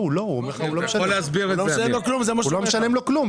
לא, פסקה (10) אומרת שלא משלמים לו כלום.